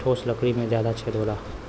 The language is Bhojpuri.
ठोस लकड़ी में जादा छेद होला